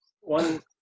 one